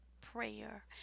prayer